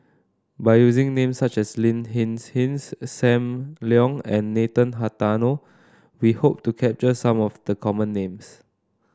by using names such as Lin Hsin Hsin Sam Leong and Nathan Hartono we hope to capture some of the common names